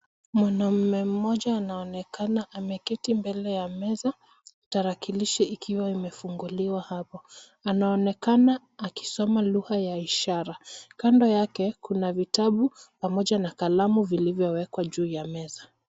Mwanamme mmoja anaonekana ameketi mbele ya meza tarakilishi ikiwa imefunguliwa hapo. Anaonekana akisoma lugha ya ishara. Kando yake kuna vitabu pamoja na kalamu vilivyo wekwa juu ya meza.